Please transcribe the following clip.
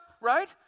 right